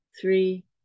three